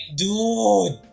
dude